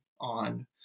on